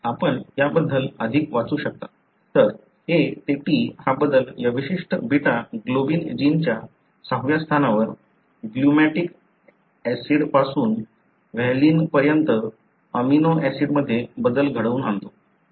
तर A ते T हा बदल या विशिष्ट बीटा ग्लोबिन जिनच्या 6 व्या स्थानावर ग्लूटामिक ऍसिडपासून व्हॅलीनपर्यंत अमिनो ऍसिडमध्ये बदल घडवून आणतो